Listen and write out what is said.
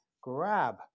grab